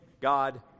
God